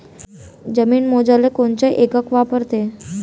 जमीन मोजाले कोनचं एकक वापरते?